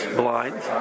blind